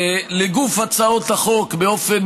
לגוף הצעות החוק באופן